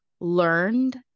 learned